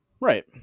Right